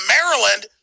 Maryland